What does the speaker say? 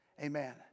Amen